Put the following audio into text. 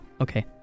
Okay